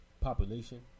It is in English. population